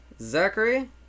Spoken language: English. zachary